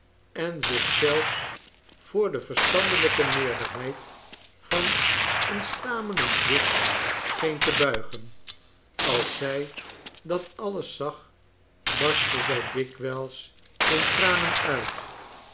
en zich zelfs voor de verstandelijke meerderheid van een stamelend wicht scheen te buigen als zij dat alles zag barstte zij dikwijls in tranen uit